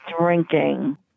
drinking